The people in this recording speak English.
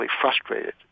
frustrated